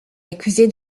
accusé